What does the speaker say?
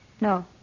No